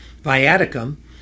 Viaticum